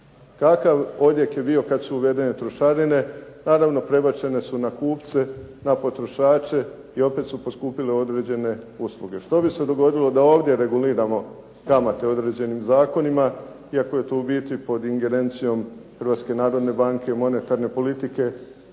Kakav je odjek je bio kada su uvedene trošarine? Naravno prebačene su na kupce, na potrošače i opet su poskupile određene usluge. Što bi se dogodilo da ovdje reguliramo kamate određenim zakonima, iako je to u biti pod ingerencijom Hrvatske narodne banke i monetarne politike.